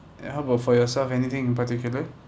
how about for yourself anything in particular